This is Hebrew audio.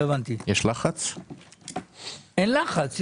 אין לחץ.